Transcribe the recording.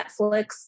netflix